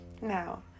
now